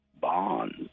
bonds